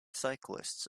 cyclists